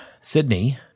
Sydney